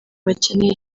bakeneye